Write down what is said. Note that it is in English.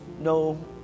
no